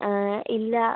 ഇല്ല